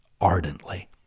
ardently